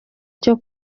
cyo